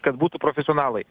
kad būtų profesionalai